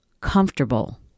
comfortable